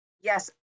Yes